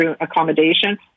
accommodation